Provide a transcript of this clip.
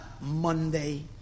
Monday